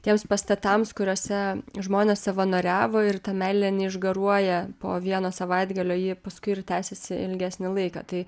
tiems pastatams kuriuose žmonės savanoriavo ir ta meilė neišgaruoja po vieno savaitgalio ji paskui ir tęsiasi ilgesnį laiką tai